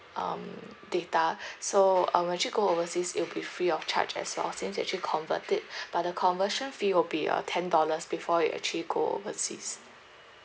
um data so uh when you actually go overseas it will be free of charge as well since they actually convert it but the conversion fee will be uh ten dollars before you actually go overseas